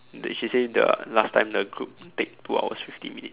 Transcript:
the she say the last time the group take two hours fifty minute